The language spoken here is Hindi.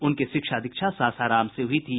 उनकी शिक्षा दीक्षा सासाराम से हुई थी